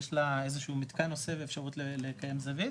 יש לה איזה שהוא מתקן שנותן אפשרות לקיים זווית